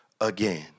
again